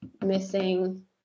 Missing